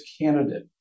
candidate